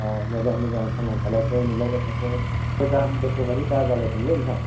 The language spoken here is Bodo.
अह मोजां मोजां थांना थाालायथों नुलायबाय थाथों गोजाम बोसोर बादि दाजालायथोंलै नोंथां